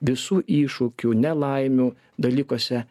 visų iššūkių nelaimių dalykuose